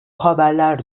haberler